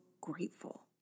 grateful